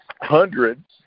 hundreds